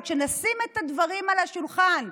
אבל נשים את הדברים על השולחן: